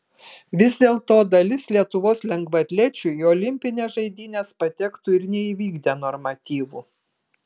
vis dėlto dalis lietuvos lengvaatlečių į olimpines žaidynes patektų ir neįvykdę normatyvų